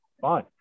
Fine